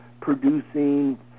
producing